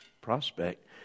Prospect